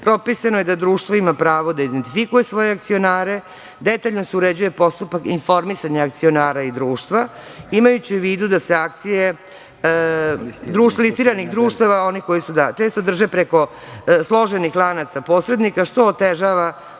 propisano je da društvo ima pravo da identifikuje svoje akcionare. Detaljno se uređuje postupak informisanja akcionara i društva, imajući u vidu da se akcije često drže preko složenih lanaca posrednika, što otežava ostvarivanje